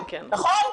נכון?